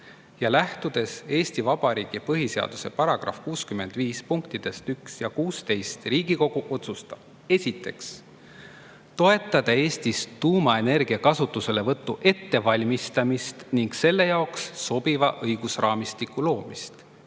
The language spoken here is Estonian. ja lähtudes Eesti Vabariigi põhiseaduse § 65 punktidest 1 ja 16, Riigikogu otsustab: 1. Toetada Eestis tuumaenergia kasutuselevõtu ettevalmistamist ning selle jaoks sobiva õigusraamistiku loomist.